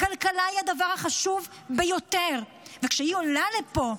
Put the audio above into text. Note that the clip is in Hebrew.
הכלכלה היא הדבר החשוב ביותר, וכשהיא עולה לפה,